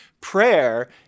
Prayer